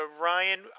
Ryan